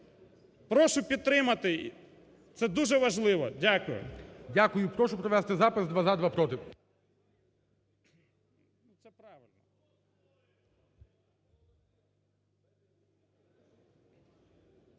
Прошу підтримати, це дуже важливо. Дякую.